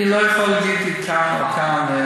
אני לא יכול להגיד אם כאן או כאן.